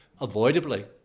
avoidably